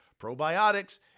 probiotics